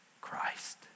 Christ